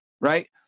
Right